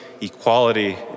equality